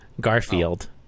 Garfield